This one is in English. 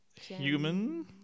human